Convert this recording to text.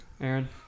Aaron